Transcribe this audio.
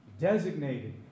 designated